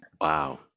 Wow